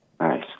Nice